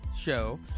show